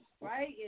Right